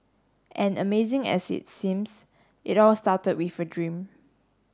and amazing as it's seems it all started with a dream